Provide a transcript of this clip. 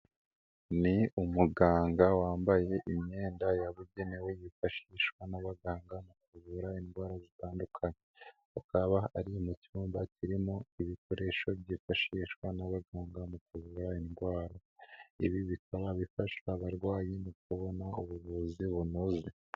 Ni umuganga wambaye imyenda yabugenewe yifashishwa n'abaganga mu kuvura indwara zitandukanye. Akaba ari mu cyumba kirimo ibikoresho byifashishwa n'abaganga mu kuvura indwara. Ibi bikaba bifasha abarwayi mu kubona ubuvuzi bunoze.